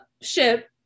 ship